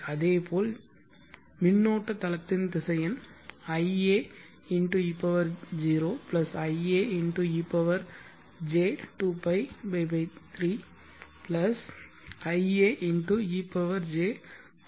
அதேபோல் மின்னோட்ட தளத்தின் திசையன் ia e0 ia ej2π 3 ia ej4π 3 ஐயும் பெறலாம்